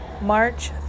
March